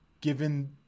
given